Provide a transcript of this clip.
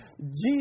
Jesus